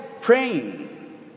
praying